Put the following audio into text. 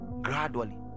gradually